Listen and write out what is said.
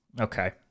Okay